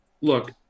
look